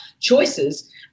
choices